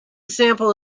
sample